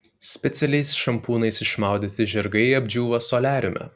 specialiais šampūnais išmaudyti žirgai apdžiūva soliariume